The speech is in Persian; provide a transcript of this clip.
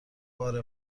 بار